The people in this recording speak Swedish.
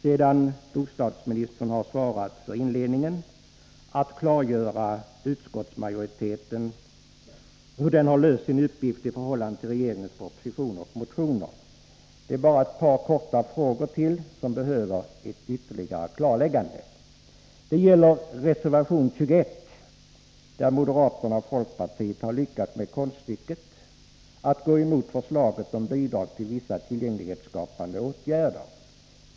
Sedan bostadsministern har svarat för inledningen har jag sett som min uppgift att klargöra hur utskottsmajoriteten har löst sin uppgift när det gäller propositionen och motionerna. Det är bara ytterligare ett par frågor som behöver klarläggas. I reservation 21 har moderaterna och folkpartiet lyckats med konststycket att gå emot förslaget om bidrag till vissa tillgänglighetsskapande åtgärder.